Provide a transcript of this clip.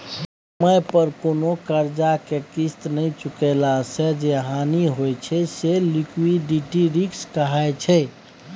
समय पर कोनो करजा केँ किस्त नहि चुकेला सँ जे हानि होइ छै से लिक्विडिटी रिस्क कहाइ छै